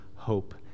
hope